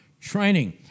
training